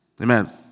Amen